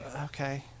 okay